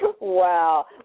Wow